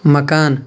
مکان